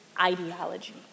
ideology